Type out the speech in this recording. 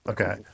Okay